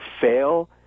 fail